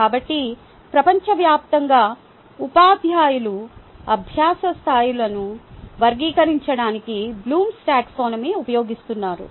కాబట్టి ప్రపంచవ్యాప్తంగా ఉపాధ్యాయులు అభ్యాస స్థాయిలను వర్గీకరించడానికి బ్లూమ్స్ టాక్సానమీBloom's Taxonomy ఉపయోగిస్తున్నారు